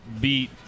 beat